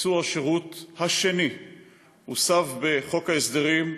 קיצור השירות השני הוסף בחוק ההסדרים,